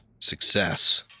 success